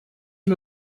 von